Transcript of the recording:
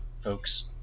folks